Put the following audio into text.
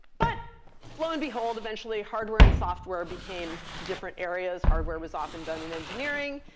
but lo and behold, eventually, hardware and software became different areas. hardware was often done in engineering.